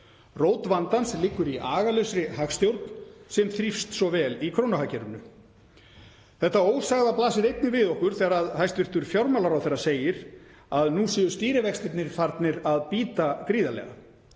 Rót vandans liggur í agalausri hagstjórn sem þrífst svo vel í krónuhagkerfinu. Þetta ósagða blasir einnig við okkur þegar hæstv. fjármálaráðherra segir að nú séu stýrivextirnir farnir að bíta gríðarlega.